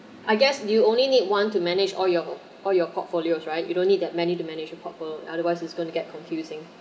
I guess you only need one to manage all your all your portfolios right you don't need that many to manage your portfolio otherwise it's going to get confusing